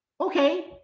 okay